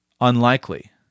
unlikely